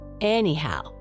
Anyhow